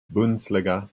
bundesliga